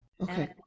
okay